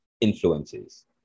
influences